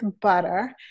butter